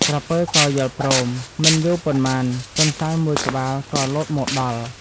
ក្រពើក៏យល់ព្រម មិនយូរប៉ុន្មាន ទន្សាយមួយក្បាលក៏លោតមកដល់។